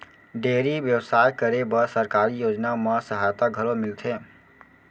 dairy बेवसाय करे बर सरकारी योजना म सहायता घलौ मिलथे